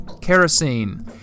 Kerosene